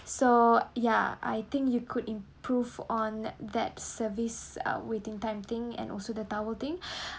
so ya I think you could improve on that service ah waiting time thing and also the towel thing